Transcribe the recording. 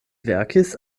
verkis